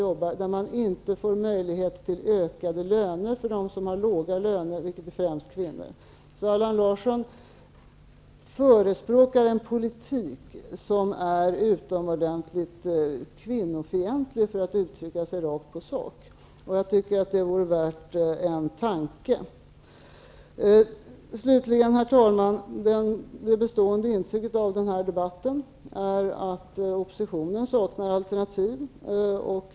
Och där finns inte möjligheter till höjda löner för dem som har låga löner, dvs. främst kvinnor. Allan Larsson förespråkar en politik som, rakt på sak, är utomordentligt kvinnofientlig. Jag tycker alltså att detta faktum vore värt en tanke. Slutligen, herr talman! Det bestående intrycket av den här debatten är att oppositionen saknar alternativ.